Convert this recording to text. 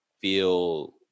feel